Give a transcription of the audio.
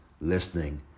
listening